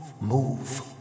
move